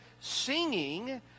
singing